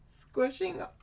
squishing